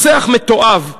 רוצח מתועב,